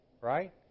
right